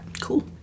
cool